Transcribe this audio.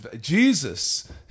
Jesus